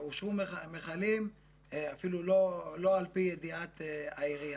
אושרו מכלים לא על ידיעת העירייה.